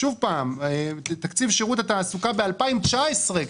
תקציב שירות התעסוקה ב-2019,